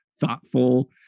thoughtful